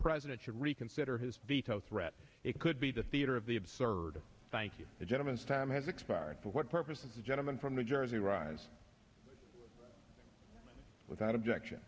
president should reconsider his veto threat it could be the theater of the absurd thank you the gentleman's time has expired for what purpose is the gentleman from new jersey rise without objection